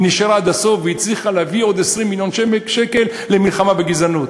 היא נשארה עד הסוף והצליחה להביא עוד 20 מיליון שקל למלחמה בגזענות.